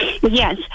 Yes